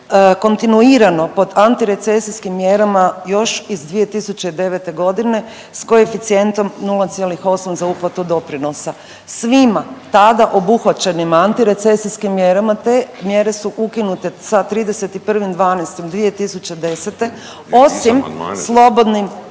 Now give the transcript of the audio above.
kontinuirano pod antirecesijskim mjerama još iz 2009. g. s koeficijentom 0,8 za uplatu doprinosa. Svima tada obuhvaćenima antirecesijskim mjerama te mjere su ukinute sa 31.12.2010. osim slobodnim